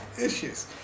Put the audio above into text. issues